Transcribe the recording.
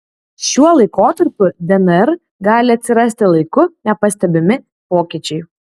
šiuo laikotarpiu dnr gali atsirasti laiku nepastebimi pokyčiai